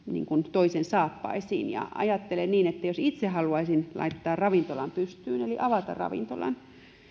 toisen saappaisiin ja ajattelen tätä asiaa myös niin että jos itse haluaisin laittaa ravintolan pystyyn eli avata ravintolan